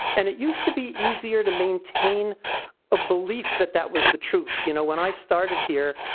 and it used to be easier to maintain a belief that that was the truth. you know when i started here,